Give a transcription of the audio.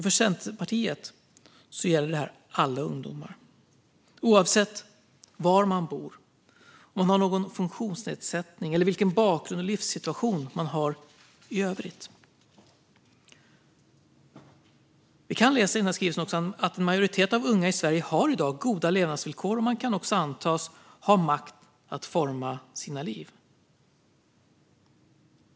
För Centerpartiet gäller detta alla ungdomar, oavsett var de bor, om de har någon funktionsnedsättning och vilken bakgrund och livssituation de har i övrigt. Vi kan också läsa i den här skrivelsen att en majoritet av unga i Sverige i dag har goda levnadsvillkor och även kan antas ha makt att forma sina liv.